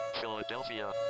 Philadelphia